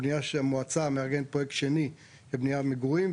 בניה שהמועצה מארגנת פרויקט שני לבניה למגורים,